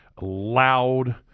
loud